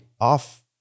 off